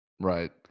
right